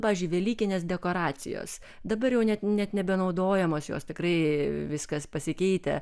pavyzdžiui velykinės dekoracijos dabar jau net net nebenaudojamos jos tikrai viskas pasikeitę